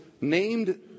named